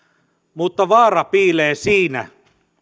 mutta vaara piilee siinä